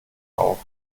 auch